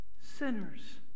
sinners